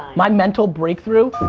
my mental break through,